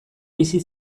bizi